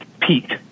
peak